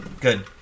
Good